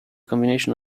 combination